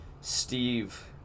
steve